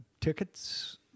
Tickets